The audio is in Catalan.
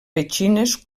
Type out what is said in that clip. petxines